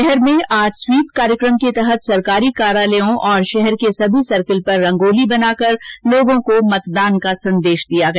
पाली में आज स्वीप कार्यक्रम के तहत सरकारी कार्यालयों और शहर के सभी सर्किल पर रंगोली बनाकर लोगों को मतदान के लिए जागरूक किया गया